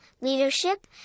leadership